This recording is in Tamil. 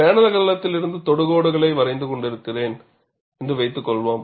பேனல் அகலத்திலிருந்து தொடுகோடுகளை வரைந்து கொண்டிருக்கிறேன் என்று வைத்துக்கொள்வோம்